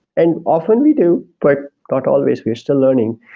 and often, we do, but not always. we're still learning,